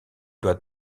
doit